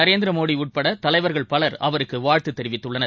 நரேந்திரமோடிஉட்படதலைவர்கள் power அவருக்குவாழ்த்துதெரிவித்துள்ளனர்